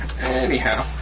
Anyhow